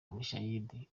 mushayidi